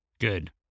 Good